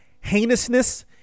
heinousness